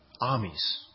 armies